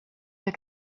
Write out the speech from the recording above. der